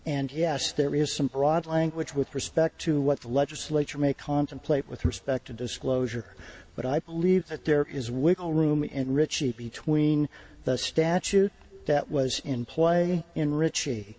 and yes there is some broad language with respect to what the legislature may contemplate with respect to disclosure but i believe that there is wiggle room and richey between the statute that was in play in richie